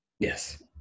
Yes